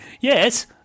yes